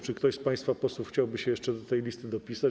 Czy ktoś z państwa posłów chciałby się jeszcze do tej listy dopisać?